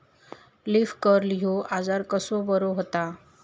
Leaf curl ह्यो आजार कसो बरो व्हता?